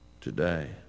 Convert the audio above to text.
Today